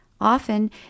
Often